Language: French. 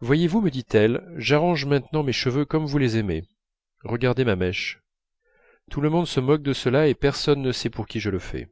voyez-vous me dit-elle j'arrange maintenant mes cheveux comme vous les aimez regardez ma mèche tout le monde se moque de cela et personne ne sait pour qui je le fais